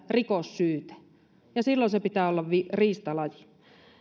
rikossyyte silloin sen pitää olla riistalaji